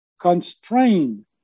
constrain